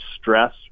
stress